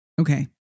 Okay